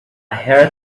heard